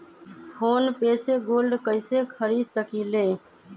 Phone पे से gold कईसे खरीद सकीले?